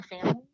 family